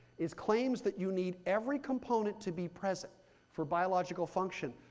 is claims that you need every component to be present for biological function,